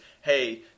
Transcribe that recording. hey